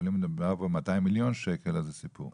אבל אם מדובר פה ב-200 מיליון שקל אז זה סיפור.